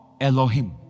Elohim